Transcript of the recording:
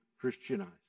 Christianized